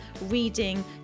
reading